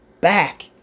back